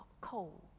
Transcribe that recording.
cold